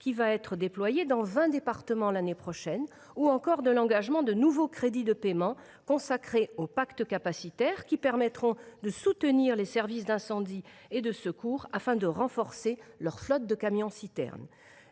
qui va être déployé dans vingt départements l’année prochaine, ou encore de l’engagement de nouveaux crédits de paiement consacrés aux pactes capacitaires, qui permettront de soutenir les services d’incendie et de secours, afin de renforcer leur flotte de camions citernes.